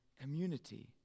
community